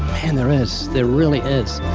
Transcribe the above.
and there is. there really is.